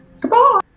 Goodbye